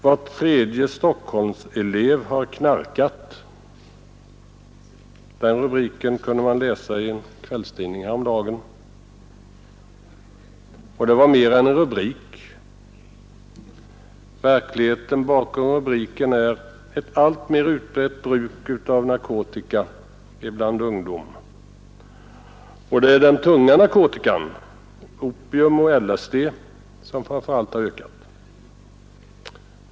”Var tredje stockholmselev har knarkat.” Den rubriken kunde man läsa i en kvällstidning häromdagen. Det var mer än en rubrik. Verkligheten bakom rubriken är ett alltmer utbrett bruk av narkotika bland ungdomen. Det är framför allt bruket av den tunga narkotikan, opium och LSD, som har ökat.